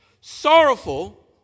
Sorrowful